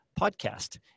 Podcast